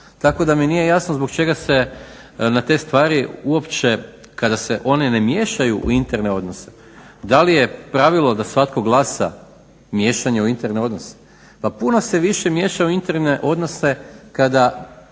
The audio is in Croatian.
Tako da mi nije jasno zbog čega se na te stvari uopće kada se one ne miješaju u interne odnose da li je pravilo da svatko glasa miješanje u interne odnose. Pa puno se više miješa u interne odnose kada